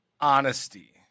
honesty